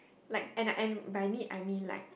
like and and by need I mean like